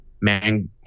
Mang